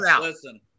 Listen